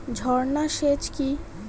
ঝর্না সেচ কি?